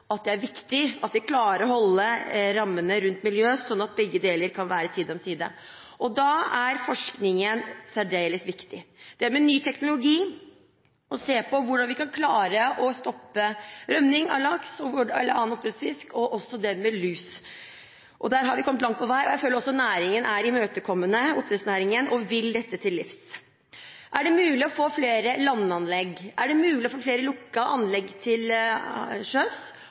annen fisk, er viktig for at vi skal klare å holde rammene rundt miljø, sånn at begge deler kan være side om side. Da er forskningen særdeles viktig – det med ny teknologi, se på hvordan vi kan klare å stoppe rømning av laks eller annen oppdrettsfisk, og også det med lus. Der har vi kommet langt på vei. Jeg føler også at oppdrettsnæringen er imøtekommende og vil dette til livs. Er det mulig å få flere landanlegg, er det mulig å få flere lukkede anlegg til sjøs,